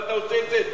ואתה עושה את זה,